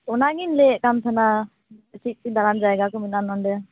ᱚᱱᱟᱜᱤᱧ ᱞᱟ ᱭᱮᱫ ᱠᱟᱱ ᱛᱟᱦᱮᱸᱱᱟ ᱪᱮᱫ ᱪᱮᱫ ᱫᱟᱬᱟᱱ ᱡᱟᱭᱜᱟ ᱠᱚ ᱢᱮᱱᱟᱜᱼᱟ ᱱᱚᱸᱰᱮ